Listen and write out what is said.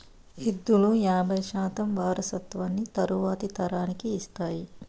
ఎద్దులు యాబై శాతం వారసత్వాన్ని తరువాతి తరానికి ఇస్తాయి